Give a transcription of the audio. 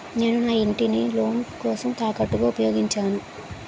నేను నా ఇంటిని లోన్ కోసం తాకట్టుగా ఉపయోగించాను